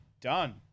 done